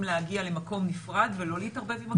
להגיע למקום נפרד ולא להתערבב עם הקהל.